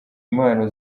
impano